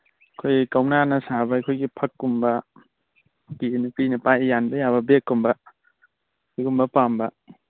ꯑꯩꯈꯣꯏ ꯀꯧꯅꯥꯅ ꯁꯥꯕ ꯑꯩꯈꯣꯏꯒꯤ ꯐꯛꯀꯨꯝꯕ ꯅꯨꯡꯇꯤꯒꯤ ꯅꯨꯄꯤꯅ ꯄꯥꯏꯕ ꯌꯥꯟꯕ ꯌꯥꯕ ꯕꯦꯛꯀꯨꯝꯕ ꯁꯤꯒꯨꯝꯕ ꯄꯥꯝꯕ